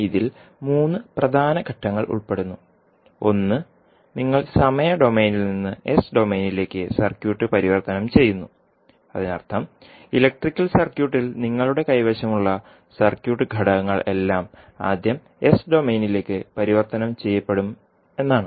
ഇതിൽ മൂന്ന് പ്രധാന ഘട്ടങ്ങൾ ഉൾപ്പെടുന്നു ഒന്ന് നിങ്ങൾ സമയ ഡൊമെയ്നിൽ നിന്ന് എസ് ഡൊമെയ്നിലേക്ക് സർക്യൂട്ട് പരിവർത്തനം ചെയ്യുന്നു അതിനർത്ഥം ഇലക്ട്രിക്കൽ സർക്യൂട്ടിൽ നിങ്ങളുടെ കൈവശമുള്ള സർക്യൂട്ട് ഘടകങ്ങൾ എല്ലാം ആദ്യം എസ് ഡൊമെയ്നിലേക്ക് പരിവർത്തനം ചെയ്യപ്പെടും എന്നാണ്